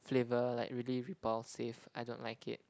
flavour like really repulsive I don't like it